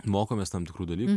mokomės tam tikrų dalykų